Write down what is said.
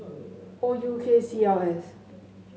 O U K C L S